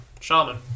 shaman